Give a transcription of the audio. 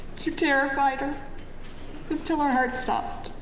you terrified her until her heart stopped.